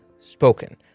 Spoken